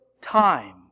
time